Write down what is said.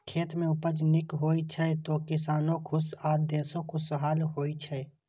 खेत मे उपज नीक होइ छै, तो किसानो खुश आ देशो खुशहाल होइ छै